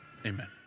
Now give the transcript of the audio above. amen